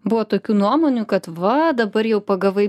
buvo tokių nuomonių kad va dabar jau pagavai